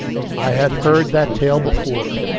i had heard that tale before.